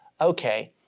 okay